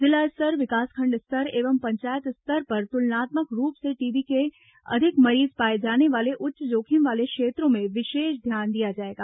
जिला स्तर विकासखंड स्तर एवं पंचायत स्तर पर तुलनात्मक रूप से टीबी के अधिक मरीज पाए जाने वाले उच्च जोखिम वाले क्षेत्रों में विशेष ध्यान दिया जाएगा